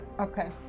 Okay